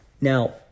Now